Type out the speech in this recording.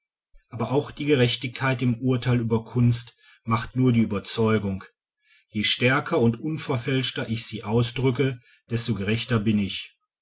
aber auch die gerechtigkeit im urteil über kunst macht nur die überzeugung je stärker und unverfälschter ich sie ausdrücke desto gerechter bin ich